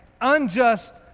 unjust